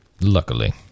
Luckily